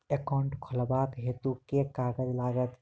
Account खोलाबक हेतु केँ कागज लागत?